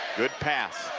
good pass.